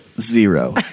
zero